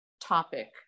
topic